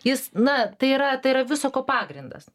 jis na tai yra tai yra viso ko pagrindas